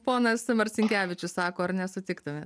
ponas marcinkevičius sako ar nesutiktumėt